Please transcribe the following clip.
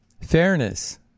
fairness